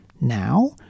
Now